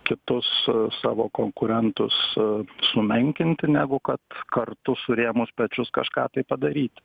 kitus savo konkurentus sumenkinti negu kad kartu surėmus pečius kažką tai padaryti